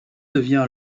devient